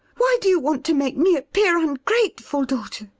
why do you want to make me appear ungrateful, daughter?